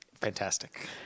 Fantastic